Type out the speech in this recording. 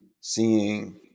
seeing